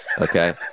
okay